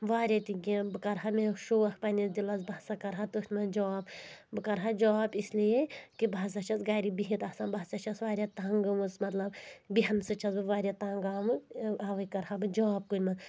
واریاہ تہِ کینٛہہ بہٕ کَرٕ ہا مےٚ شوق پنٛنِس دِلَس بہٕ ہسا کَرٕ ہا تٔتھۍ منٛز جاب بہٕ کَرٕ ہہَ جاب اِسلیے کہِ بہٕ ہَسا چھَس گرِ بِہِتھ آسان بہٕ ہسا چھَس واریاہ تنٛگ گٔمٕژ مطلب بیٚہَنہٕ سۭتۍ چھَس بہٕ واریاہ تنٛگ آمٕژ اَوے کَرہا بہٕ جاب کُنہِ منٛز